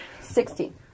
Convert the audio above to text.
Sixteen